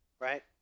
right